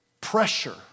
pressure